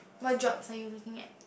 what jobs are you looking at